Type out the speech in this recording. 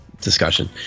discussion